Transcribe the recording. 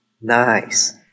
nice